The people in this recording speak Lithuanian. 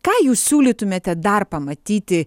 ką jūs siūlytumėte dar pamatyti